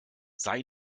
sei